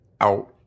out